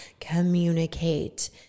communicate